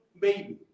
baby